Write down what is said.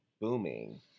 booming